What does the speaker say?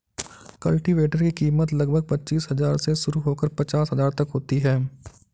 cultivator की कीमत लगभग पचीस हजार से शुरू होकर पचास हजार तक होती है